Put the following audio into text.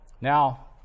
Now